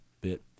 bit